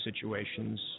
situations